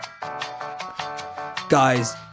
Guys